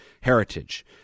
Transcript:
heritage